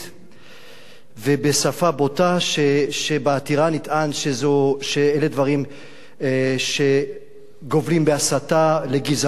ואשר בעתירה נטען שאלה דברים שגובלים בהסתה לגזענות ודברים גזעניים,